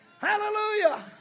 Hallelujah